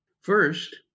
First